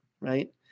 right